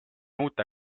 uute